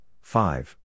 five